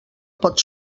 pot